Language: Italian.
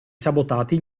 sabotati